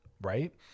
right